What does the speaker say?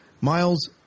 Miles